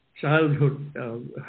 childhood